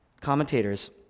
Commentators